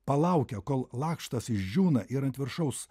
palaukia kol lakštas išdžiūna ir ant viršaus